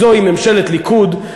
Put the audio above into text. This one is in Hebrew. זוהי ממשלת ליכוד,